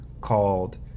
called